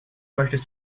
möchtest